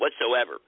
whatsoever